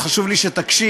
חשוב לי שתקשיב.